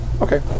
Okay